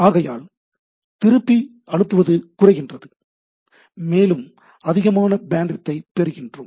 ஆகையால் திருப்பி அனுப்புவது குறைகின்றது மேலும் அதிகமான பேண்ட்வித் ஐ பெறுகின்றோம்